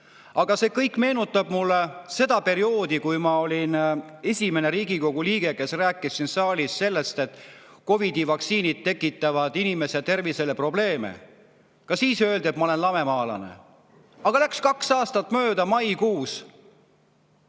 See kõik meenutab mulle seda [aega], kui ma esimese Riigikogu liikmena rääkisin siin saalis sellest, et COVID‑i vaktsiinid tekitavad inimese tervisele probleeme. Ka siis öeldi, et ma olen lamemaalane. Aga läks kaks aastat mööda ja maikuus